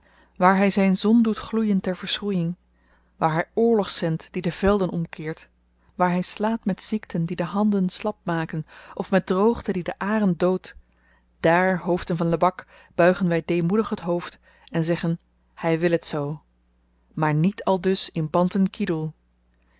waar hy zyn zon doet gloeien ter verschroejing waar hy oorlog zendt die de velden omkeert waar hy slaat met ziekten die de handen slap maken of met droogte die de aren doodt daar hoofden van lebak buigen wy deemoedig het hoofd en zeggen hy wil het zoo maar niet aldus in bantan kidoel